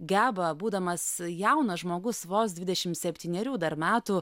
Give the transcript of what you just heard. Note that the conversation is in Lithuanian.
geba būdamas jaunas žmogus vos dvidešimt septynerių dar metų